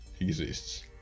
exists